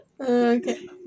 okay